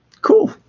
Cool